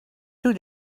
two